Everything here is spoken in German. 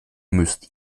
müsst